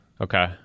Okay